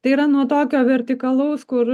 tai yra nuo tokio vertikalaus kur